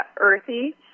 earthy